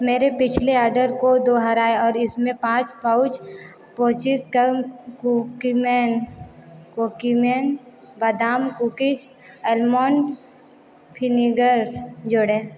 मेरे पिछले आर्डर को दोहराए और इस में पाँच पाउच पाउचेज कम कुकीमैन कुकीमैन बादाम कुकीज अलमंड फिनिगर्स जोड़ें